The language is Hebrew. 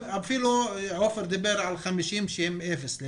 אפילו עופף דיבר על 50 שהם אפס.